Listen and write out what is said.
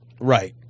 Right